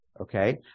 okay